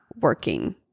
working